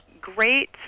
Great